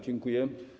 Dziękuję.